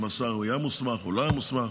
אם השר היה מוסמך או לא היה מוסמך,